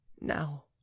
now